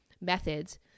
methods